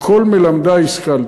מכל מלמדי השכלתי.